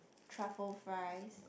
truffle fries